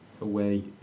away